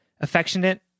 affectionate